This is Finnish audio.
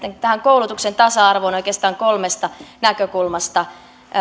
koulutuksen tasa arvoon oikeastaan kolmesta näkökulmasta